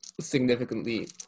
significantly